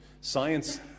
Science